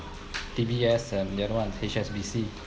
D_B_S and the another one is H_S_B_C